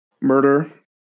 murder